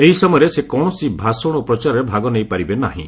ଏହି ସମୟରେ ସେ କୌଣସି ଭାଷଣ ଓ ପ୍ରଚାରରେ ଭାଗ ନେଇପାରିବେ ନାହିଁ